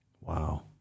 Wow